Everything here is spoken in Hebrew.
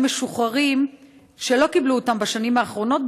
משוחררים שלא קיבלו אותם בשנים האחרונות,